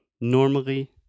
normally